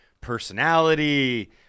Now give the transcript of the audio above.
personality